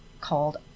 called